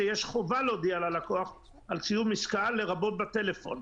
שיש חובה להודיע ללקוח על סיום עסקה לרבות בטלפון.